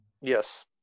Yes